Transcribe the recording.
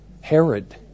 Herod